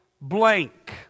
blank